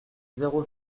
zéro